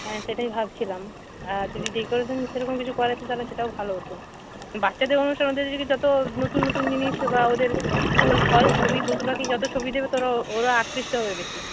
হ্যাঁ সেটাই ভাবছিলাম আর যদি ডেকরেশান সেরকম কিচু করা যেতো তাহলে সেটাও ভালো হতো বাচ্চাদের অনুষ্ঠান ওদের যদি যতো নতুন নতুন জিনিস বা ওদের ফুল ফল ছবি পশু পাখি যতো ছবি দেবে ততো ওরা আকৃষ্ট হবে বেশি